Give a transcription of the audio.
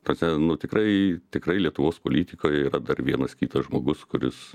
ta prasme nu tikrai tikrai lietuvos politikoje yra dar vienas kitas žmogus kuris